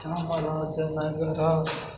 Chamarajanagar